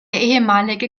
ehemalige